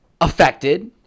affected